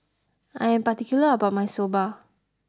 I am particular about my Soba